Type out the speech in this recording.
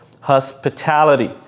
hospitality